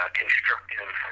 constructive